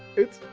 it's.